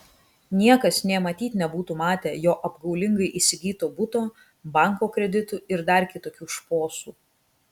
niekas nė matyt nebūtų matę jo apgaulingai įsigyto buto banko kreditų ir dar kitokių šposų